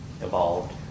evolved